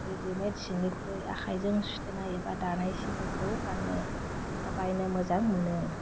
readymade सिनिख्रुइ आखाइजों सुथेनाय एबा दानाय सिफोरखौ गान्नो बा बायनो मोजां मोनो